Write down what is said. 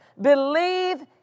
Believe